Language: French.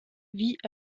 vit